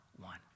one